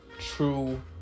true